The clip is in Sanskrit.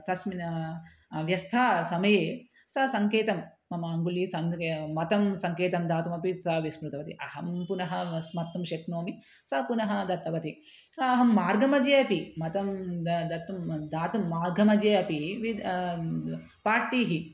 तस्मिन् व्यवस्थासमये सा सङ्केतं मम अङ्गुल्यां सङ्केतं मतं सङ्केतं दातुमपि सा विस्मृतवती अहं पुनः स्मर्तुं शक्नोमि सा पुनः दत्तवती अहं मार्गमध्ये अपि मतं द दत्तुं दातुं मार्गमध्ये अपि वि पाटीः